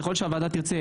ככל שהוועדה תרצה,